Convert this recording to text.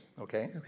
Okay